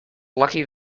lucky